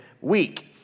week